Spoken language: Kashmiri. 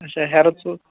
اَچھا ہیرٕ ژو